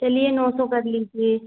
चलिए नौ सौ कर लीजिए